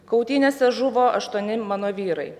kautynėse žuvo aštuoni mano vyrai